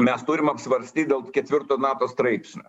mes turim apsvarstyt dėl ketvirto nato straipsnio